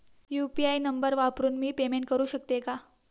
UPI number वापरून मी payment करू शकते का?